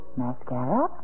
mascara